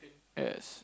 as